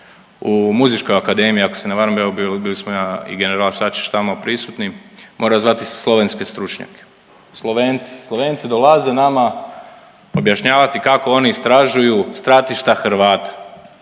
u Muzičkoj akademiji, ako se ne varam, evo bili smo ja i general Sačić prisutni mora zvati slovenske stručnjake. Slovenci, Slovenci dolaze nama objašnjavati kako oni istražuju stratišta Hrvata.